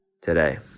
today